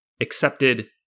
accepted